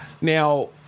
Now